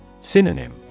Synonym